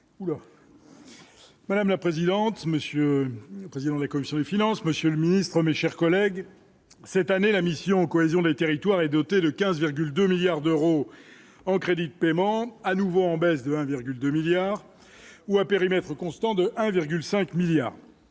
Madame la présidente, monsieur le président de la commission des finances, monsieur le Ministre, mes chers collègues, cette année, la mission cohésion des territoires et doté de 15,2 milliards d'euros en crédits de paiement à nouveau en baisse de 1,2 milliard ou à périmètre constant de 1,5 milliards